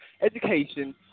education